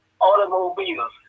automobiles